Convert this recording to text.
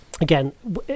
again